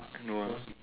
no ah